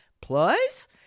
Plus